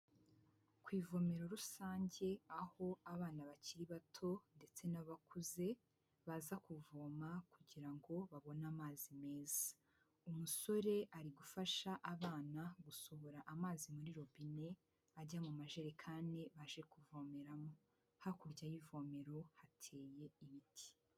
Ku ivomero rusange aho abana bakiri bato ndetse n'abakuze baza kuvoma kugira ngo babone amazi meza. Umusore ari gufasha abana gusohora amazi muri robine ajya mu majerekani baje kuvomeramo. Hakurya y'ivomero hateye ibiti.